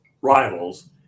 rivals